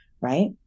right